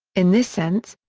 in this sense,